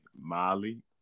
Molly